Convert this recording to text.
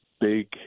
big